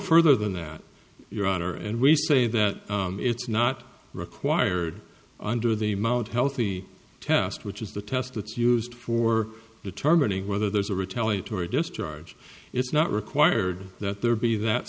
further than that your honor and we say that it's not required under the mt healthy test which is the test that's used for determining whether there's a retaliatory discharge it's not required that there be that